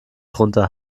drunter